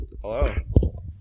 Hello